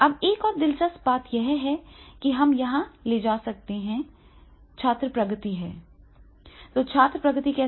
अब एक और दिलचस्प बात यह है कि हम यहाँ ले जा सकते हैं छात्र प्रगति है तो छात्र प्रगति कैसे करें